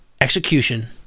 execution